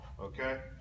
okay